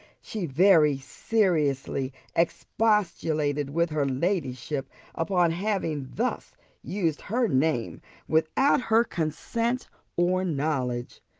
she very seriously expostulated with her ladyship upon having thus used her name without her consent or knowledge.